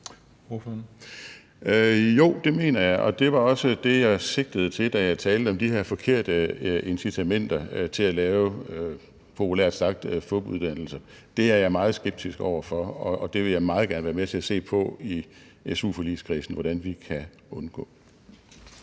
Jo, det mener jeg. Det var også det, jeg sigtede til, da jeg talte om de her forkerte incitamenter til at lave populært sagt fupuddannelser. Det er jeg meget skeptisk over for, og jeg vil meget gerne være med til i su-forligskredsen at se på, hvordan vi kan undgå